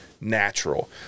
natural